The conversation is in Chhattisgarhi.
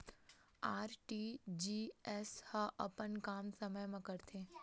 आर.टी.जी.एस ह अपन काम समय मा करथे?